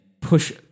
push